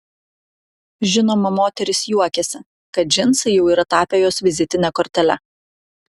žinoma moteris juokiasi kad džinsai jau yra tapę jos vizitine kortele